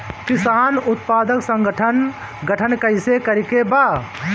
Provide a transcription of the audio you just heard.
किसान उत्पादक संगठन गठन कैसे करके बा?